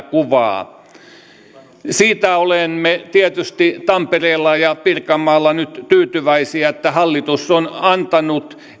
kuvaa syvennän siitä olemme tietysti tampereella ja pirkanmaalla nyt tyytyväisiä että hallitus on antanut